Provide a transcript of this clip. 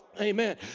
Amen